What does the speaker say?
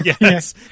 Yes